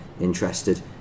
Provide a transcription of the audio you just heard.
interested